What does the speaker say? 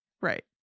Right